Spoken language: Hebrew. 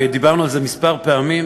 וגם דיברנו על זה כמה פעמים,